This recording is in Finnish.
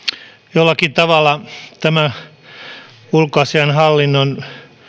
jollakin tavalla tämä ulkoasiainhallinnon